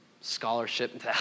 scholarship